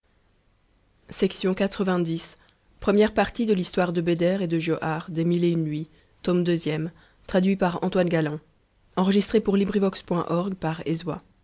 de l'intérêt de l'un et de